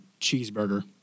Cheeseburger